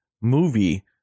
movie